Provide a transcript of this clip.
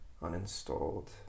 uninstalled